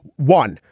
one,